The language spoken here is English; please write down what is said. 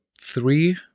three